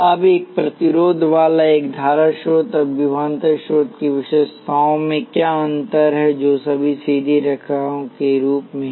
अब एक प्रतिरोध वाला एक धारा स्रोत और विभवांतर स्रोत की विशेषताओं में क्या अंतर है जो सभी सीधी रेखाओं के रूप में हैं